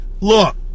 Look